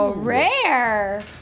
Rare